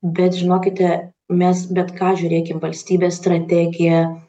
bet žinokite mes bet ką žiūrėkim valstybės strategiją